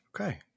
Okay